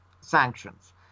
sanctions